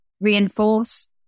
reinforce